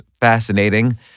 fascinating